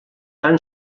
fan